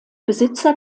besitzer